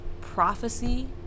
prophecy